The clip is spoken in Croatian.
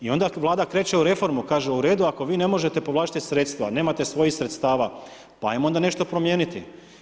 I onda Vlada kreće u reformu, kaže u redu, ako vi ne možete povlačiti sredstva, nemate svojih sredstava, pa ajmo onda nešto promijeniti.